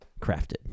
crafted